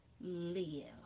live